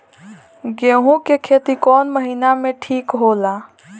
गेहूं के खेती कौन महीना में ठीक होला?